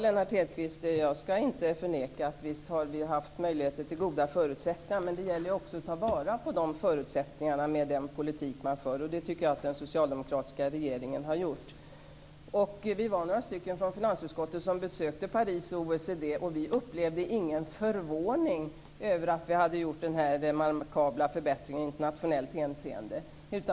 Fru talman! Jag skall inte förneka att vi har haft goda förutsättningar, Lennart Hedquist. Med det gäller ju också att ta vara på de förutsättningarna med den politik man för. Det tycker jag att den socialdemokratiska regeringen har gjort. Vi var några stycken från finansutskottet som besökte OECD i Paris. Vi upplevde ingen förvåning över att vi hade uppnått den här remarkabla förbättringen i internationellt hänseende.